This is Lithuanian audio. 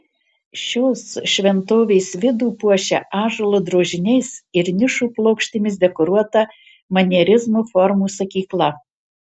šios šventovės vidų puošia ąžuolo drožiniais ir nišų plokštėmis dekoruota manierizmo formų sakykla